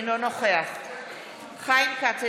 אינו נוכח חיים כץ,